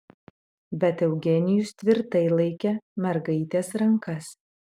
bet eugenijus tvirtai laikė mergaitės rankas